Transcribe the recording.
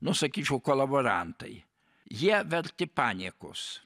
nusakyčiau kolaborantai jie verti paniekos